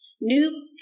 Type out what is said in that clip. New